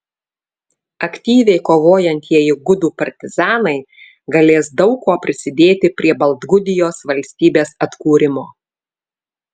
aktyviai kovojantieji gudų partizanai galės daug kuo prisidėti prie baltgudijos valstybės atkūrimo